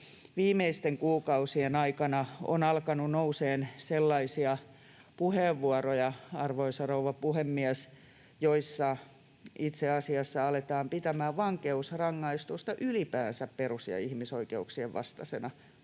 viimeisten kuukausien aikana on alkanut nousemaan sellaisia puheenvuoroja, arvoisa rouva puhemies, joissa aletaan pitämään vankeusrangaistusta ylipäänsä perus- ja ihmisoikeuksien vastaisena toimintana,